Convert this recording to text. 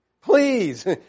Please